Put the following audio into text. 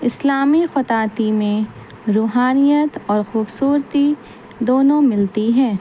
اسلامی خططی میں روحانیت اور خوبصورتی دونوں ملتی ہے